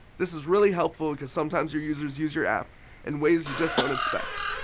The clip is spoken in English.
this is really helpful, because sometimes your users use your app in ways you just don't expect.